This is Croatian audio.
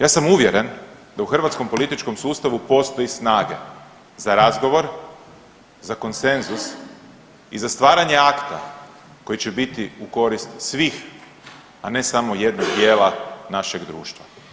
Ja sam uvjeren da u hrvatskom političkom sustavu postoji snage za razgovor, za konsenzus i za stvaranje akta koji će biti u korist svih, a ne samo jednog dijela našeg društva.